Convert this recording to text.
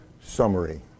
summary